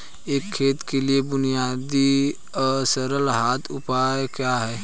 एक खेत के लिए बुनियादी या सरल हाथ उपकरण क्या हैं?